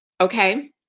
okay